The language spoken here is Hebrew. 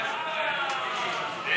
או.